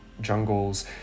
jungles